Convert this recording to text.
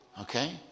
Okay